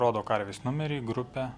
rodo karvės numerį grupę